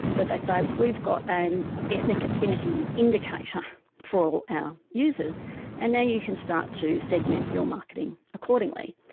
but they say we've got an ethnic affinity indicator for ah our users and now you can start to segment your marketing accordingly.